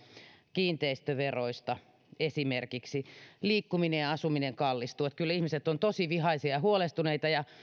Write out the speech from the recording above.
kiinteistöverosta ja siitä että liikkuminen ja asuminen kallistuvat että kyllä ihmiset ovat tosi vihaisia ja huolestuneita ja